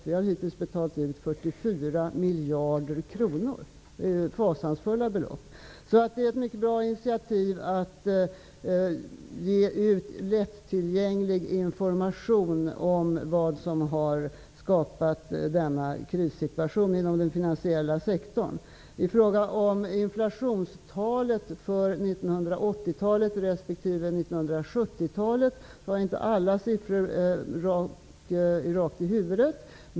Staten har hittills betalt ut 44 miljarder kronor. Det är fasansfulla belopp. Det är ett mycket bra initiativ att ge ut lättillgänglig information om vad som har skapat denna krissituation inom den finansiella sektorn. 1970-talet har jag inte alla siffror i huvudet.